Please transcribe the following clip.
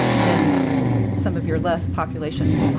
then some of your less population